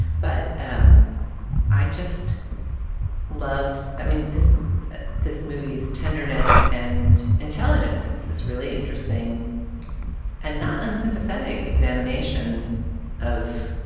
but um i just loved i mean, this this movie's tenderness and intelligence, it's this really interesting and not unsympathetic examination of